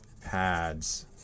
pads